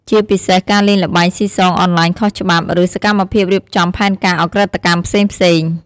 ជាពិសេស ការលេងល្បែងស៊ីសងអនឡាញខុសច្បាប់ ឬសកម្មភាពរៀបចំផែនការឧក្រិដ្ឋកម្មផ្សេងៗ។